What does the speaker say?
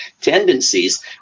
tendencies